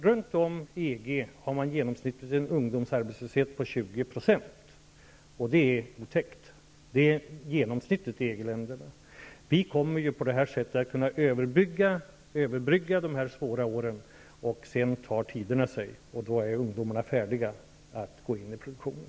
Runt om i EG har man genomsnittligt en ungdomsarbetslöshet på 20 %, och det är otäckt. Genomsnittet i EG-länderna ligger alltså på 20 %. Vi kommer på det här sättet att kunna överbrygga de svåra åren. Sedan tar tiderna sig, och ungdomarna är då färdiga att gå in i produktionen.